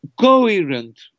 coherent